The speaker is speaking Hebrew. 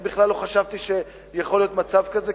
אני בכלל לא חשבתי שיכול להיות מצב כזה,